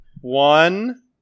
One